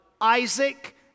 Isaac